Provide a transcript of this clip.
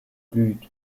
blüht